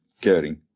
caring